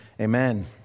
Amen